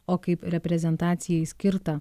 o kaip reprezentacijai skirtą